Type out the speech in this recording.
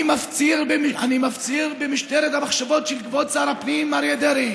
אני מפציר במשטרת המחשבות של כבוד שר הפנים אריה דרעי